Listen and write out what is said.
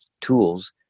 tools